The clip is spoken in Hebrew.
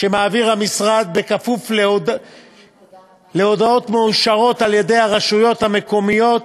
שמעביר המשרד כפוף להודעות מאושרות בידי הרשויות המקומיות,